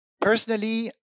Personally